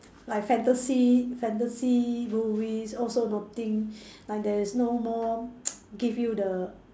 like fantasy fantasy movies also nothing like there is no more give you the